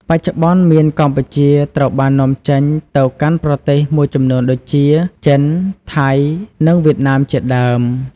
បច្ចុប្បន្ន មៀនកម្ពុជាត្រូវបាននាំចេញទៅកាន់ប្រទេសមួយចំនួនដូចជា ចិន ថៃ និង វៀតណាម ជាដើម។